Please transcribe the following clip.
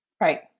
Right